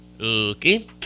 Okay